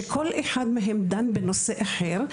שכל אחד מהם דן בנושא אחר,